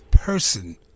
person